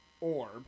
orb